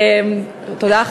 תודה.